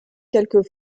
quelques